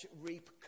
reap